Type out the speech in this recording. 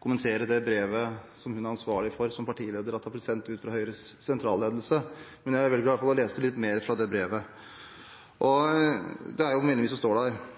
kommentere det brevet som hun er ansvarlig for, som partileder, at har blir sendt ut fra Høyres sentralledelse. Men jeg velger i alle fall å lese litt mer fra det brevet. Det er veldig mye som står der,